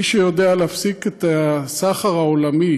מי שיודע להפסיק את הסחר העולמי